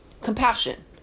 Compassion